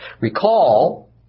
Recall